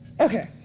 Okay